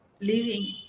living